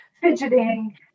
fidgeting